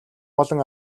болон